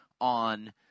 on